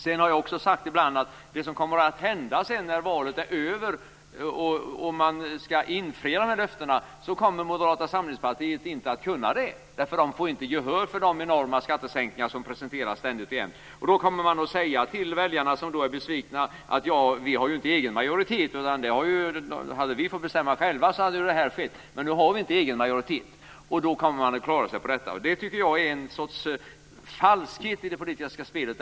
Sedan har jag också ibland sagt att det som kommer att hända när valet är över och man skall infria de här löftena är att Moderata samlingspartiet inte kommer att kunna göra det. De får inte gehör för de enorma skattesänkningar som presenteras ständigt och jämt. Då kommer man att säga till de väljare som blir besvikna: Ja, vi har ju inte egen majoritet. Hade vi fått bestämma själva så hade det här skett, men nu har vi inte egen majoritet. Det kommer man att klara sig på. Det tycker jag är en sorts falskhet i det politiska spelet.